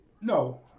No